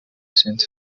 sainte